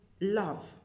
love